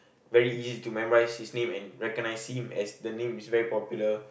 very easy to memorise his name and recognise him as the name is very popular